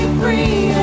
free